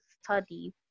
study